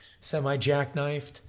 semi-jackknifed